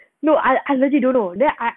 no I I legit don't know then I